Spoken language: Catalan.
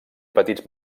petits